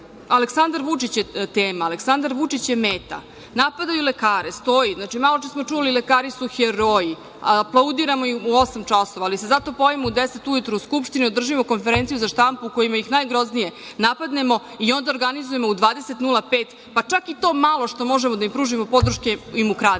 Aleksandar Vučić je tema. Aleksandar Vučić je meta. Napadaju lekare, stoji. Znači, maločas smo čuli, lekari su heroji. Aplaudiramo im u 20 časova, ali se zato pojavimo u 10.00 ujutru u Skupštini da održimo konferenciju za štampu gde ih najgroznije napadnemo i onda organizujemo u 20.05 časova, pa čak i to malo što možemo da im pružimo podrške im ukrademo.